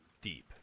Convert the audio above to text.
deep